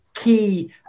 key